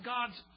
God's